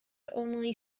only